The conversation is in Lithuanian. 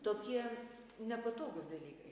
tokie nepatogūs dalykai